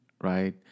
right